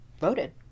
voted